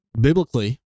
biblically